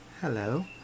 Hello